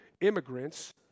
immigrants